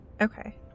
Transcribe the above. Okay